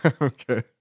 Okay